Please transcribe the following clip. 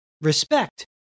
respect